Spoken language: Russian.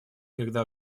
никогда